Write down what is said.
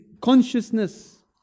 consciousness